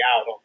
out